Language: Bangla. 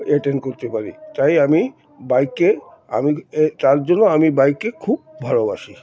এটেন্ড করতে পারি তাই আমি বাইকে আমি তার জন্য আমি বাইককে খুব ভালোবাসি